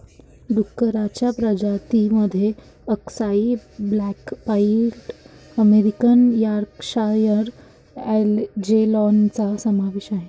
डुक्करांच्या प्रजातीं मध्ये अक्साई ब्लॅक पाईड अमेरिकन यॉर्कशायर अँजेलॉनचा समावेश आहे